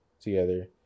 together